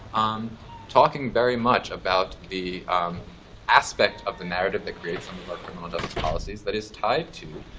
um talking very much about the aspect of the narrative that creates some of our criminal justice policies that is tied to